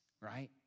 right